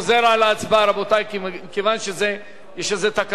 כיוון שיש תקלה במחשב כנראה,